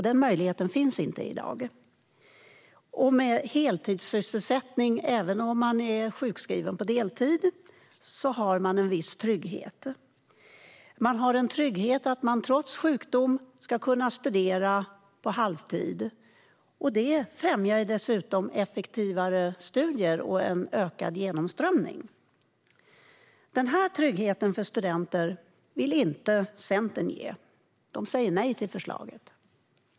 Den möjligheten finns inte i dag. Man får en heltidsersättning även om man är sjukskriven på deltid. Då har man en viss trygghet. Man har tryggheten att man trots sjukdom ska kunna studera på halvtid. Det främjar dessutom effektivare studier och en ökad genomströmning. Den här tryggheten för studenter vill Centern inte ge. Man säger nej till förslaget.